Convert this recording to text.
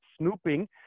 snooping